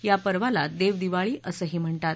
या पर्वाला देवदिवाळी असंही म्हणतात